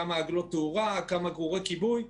כמה עגלות תאורה כמה גרורי כיבוי,